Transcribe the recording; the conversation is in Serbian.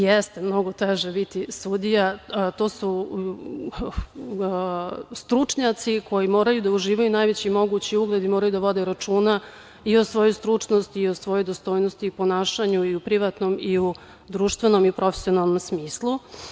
Jeste mnogo teže biti sudija, to su stručnjaci koji moraju da uživaju najveći mogući ugled i moraju da vode računa i o svojoj stručnosti i o svojoj dostojnosti i ponašanju i u privatnom i u društvenom, i profesionalnom smislu.